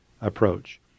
approach